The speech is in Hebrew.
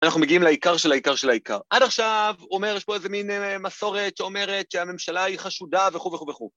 ‫אנחנו מגיעים לעיקר של העיקר של העיקר. ‫עד עכשיו אומר שפה איזו מין מסורת ‫שאומרת שהממשלה היא חשודה וכו' וכו'וכו'.